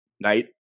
night